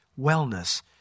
wellness